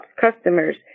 customers